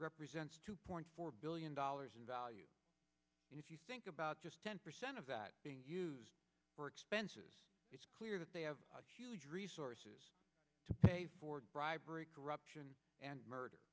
represents two point four billion dollars in value and if you think about just ten percent of that being used for expenses it's clear that they have huge resources to pay for bribery corruption and murder